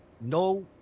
no